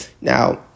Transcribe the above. Now